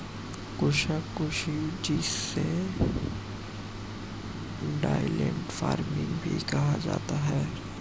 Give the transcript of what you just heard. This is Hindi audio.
शुष्क कृषि जिसे ड्राईलैंड फार्मिंग भी कहा जाता है